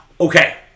Okay